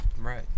Right